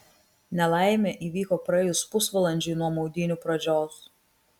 nelaimė įvyko praėjus pusvalandžiui nuo maudynių pradžios